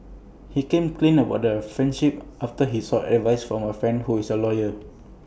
he came clean about their friendship after he sought advice from A friend who is A lawyer